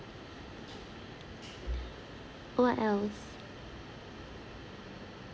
what else